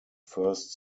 first